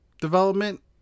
development